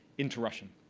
into russian.